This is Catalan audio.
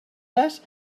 les